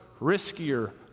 riskier